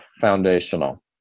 foundational